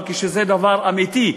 אבל כשזה דבר אמיתי.